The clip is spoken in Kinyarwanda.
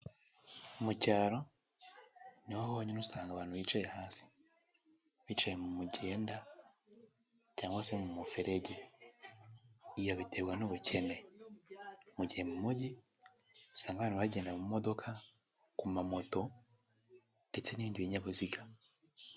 Mu cyaro niho honyine usanga abantu bicaye hasi, bicaye mu mugenda cyangwa se mu ferege, iyo biterwa n'ubukene, mu gihe mu mujyi usanga abantu bagenda mu modoka, ku mamoto ndetse n'ibindi binyabiziga.